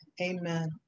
Amen